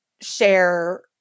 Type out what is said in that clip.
share